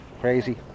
Crazy